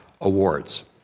awards